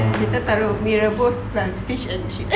kita taruk mi rebus plus fish and chips